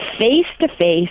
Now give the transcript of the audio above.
face-to-face